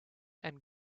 and